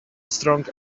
strong